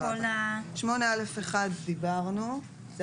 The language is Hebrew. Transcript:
ואז הם עלולים להדביק את כל ה-200 או כמה שיש